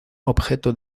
objeto